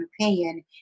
opinion